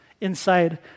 inside